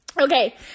Okay